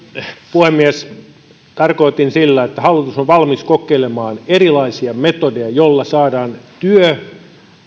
puhemies tarkoitin sanoa että hallitus on valmis kokeilemaan erilaisia metodeja joilla saadaan työ